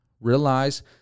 realize